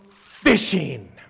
fishing